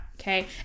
okay